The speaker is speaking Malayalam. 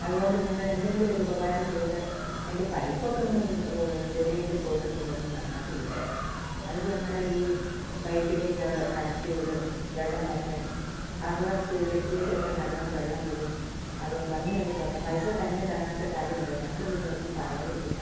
അതുകൊണ്ട് നിങ്ങൾ എന്തെങ്കിലും ഒരു ഉപകാരം ചെയ്തു അതിൻ്റെ പൈപ്പൊക്കെ ഒന്നു എവിടെ എങ്കിലും പോയിട്ടുണ്ടെങ്കിൽ ഒന്ന് നന്നാക്കി വിട് തന്നിട്ട് ഞങ്ങളുടെ ഈ പൈപ്പിലേക്ക് കണക്റ്റ് ചെയ്തു വെള്ളം വരട്ടെ അപ്പം ടോയിലെറ്റിലേകൊക്കെ നല്ലോണം വെള്ളം വരും അത് ഭംഗിയായി പോട്ടെ പൈസ തനിയെ തന്നിട്ട് കാര്യമുണ്ടോ ഞങ്ങൾ പിന്നെ ഒന്നും പറയാതിരിക്കുന്നത് അവരോട്